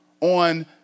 on